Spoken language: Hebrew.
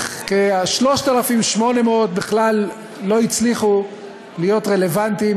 כ-3,800 בכלל לא הצליחו להיות רלוונטיות,